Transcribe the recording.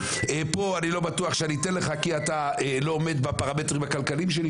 פה אני לא בטוח שאתן לך כי לא עומד בפרמטרים הכלכליים שלי.